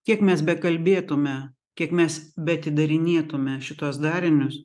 kiek mes bekalbėtume kiek mes be atidarinėtume šituos darinius